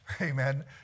amen